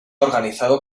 organizado